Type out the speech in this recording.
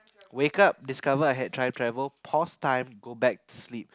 wake up discover I have time travel pause time go back to sleep